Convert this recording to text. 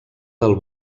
del